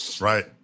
Right